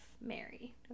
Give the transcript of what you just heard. mary